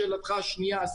לשאלתך השנייה,